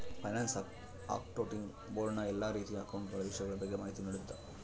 finance accounting board ನ ಎಲ್ಲಾ ರೀತಿಯ ಅಕೌಂಟ ಗಳ ವಿಷಯಗಳ ಬಗ್ಗೆ ಮಾಹಿತಿ ನೀಡುತ್ತ